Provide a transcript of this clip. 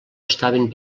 estaven